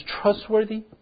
trustworthy